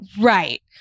Right